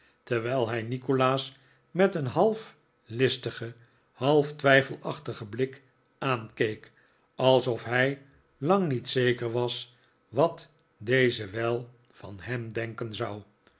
terwijl hij nikolaas met een half listigen half twijfelachtigen blik aankeek alsof hij lang niet zeker was wat deze wel van hem denken zou